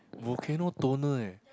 volcano toner eh